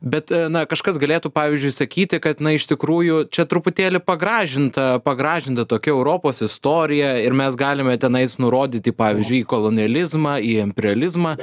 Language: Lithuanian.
bet na kažkas galėtų pavyzdžiui sakyti kad na iš tikrųjų čia truputėlį pagražinta pagražinta tokia europos istorija ir mes galime tenais nurodyti pavyzdžiui į kolonializmą į realizmą